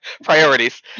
Priorities